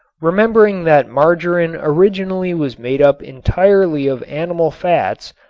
remembering that margarin originally was made up entirely of animal fats,